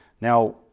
Now